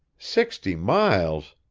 sixty miles!